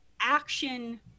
Action